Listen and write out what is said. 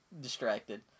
distracted